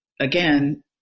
again